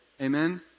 Amen